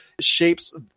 shapes